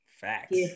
Facts